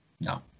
no